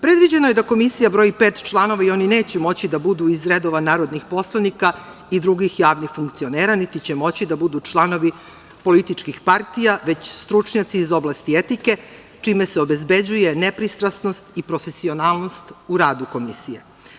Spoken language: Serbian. Predviđeno je da komisija broji pet članova i oni neće moći da budu iz redova narodnih poslanika i drugih javnih funkcionera, niti će moći da budu članovi političkih partija, već stručnjaci iz oblasti etike, čime se obezbeđuje nepristrasnost i profesionalnost u radu komisije.